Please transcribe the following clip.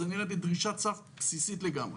זו נראית לי דרישת סף בסיסית לגמרי.